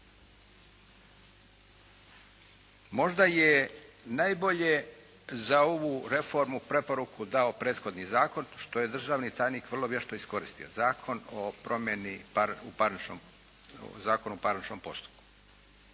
Možda je najbolje za ovu reformu preporuku dao prethodni zakon što je državni tajnik vrlo vješto iskoristio. Zakon o promjeni u parničnom,